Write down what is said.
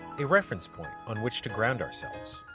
a reference point on which to ground ourselves.